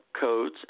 codes